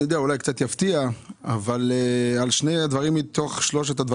אני אעביר לך את המכתב ששלחתי בנושא.